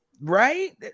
Right